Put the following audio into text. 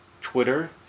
Twitter